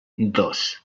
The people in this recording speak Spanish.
dos